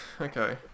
okay